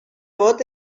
vot